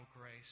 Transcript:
grace